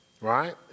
Right